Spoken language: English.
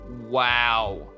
Wow